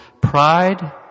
Pride